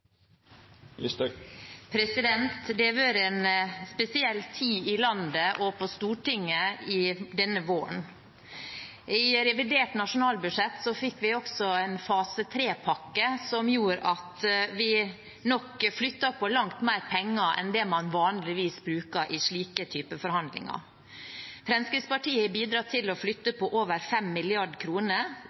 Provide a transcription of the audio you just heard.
også en fase 3-pakke, som gjorde at vi nok flyttet på langt mer penger enn det man vanligvis pleier i slike type forhandlinger. Fremskrittspartiet har bidratt til å flytte på over